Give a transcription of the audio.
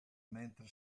mentre